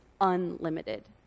unlimited